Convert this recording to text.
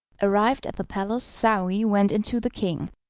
arrived at the palace, saouy went in to the king,